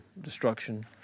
destruction